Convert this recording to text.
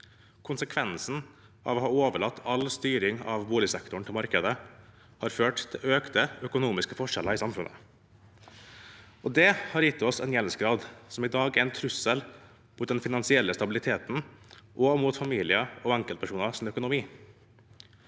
Konsekvensen av å ha overlatt all styring av boligsektoren til markedet er økte økonomiske forskjeller i samfunnet. Det har gitt oss en gjeldsgrad som i dag er en trussel mot den finansielle stabiliteten og mot familiers og enkeltpersoners økonomi.